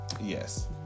Yes